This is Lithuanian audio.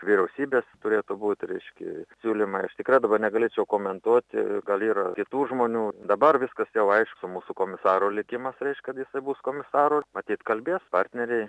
vyriausybės turėtų būti reiškia siūlymai aš tikrai negalėčiau komentuoti gal yra kitų žmonių dabar viskas jau aišku mūsų komisaro likimas reikš kad jisai bus komisaru matyt kalbės partneriai